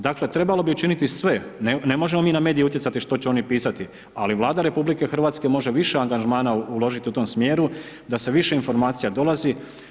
Dakle trebalo bi učiniti sve, ne možemo mi na medije utjecati što će oni pisati ali Vlada RH može više angažmana uložiti u tom smjeru da sa više informacija dolazi.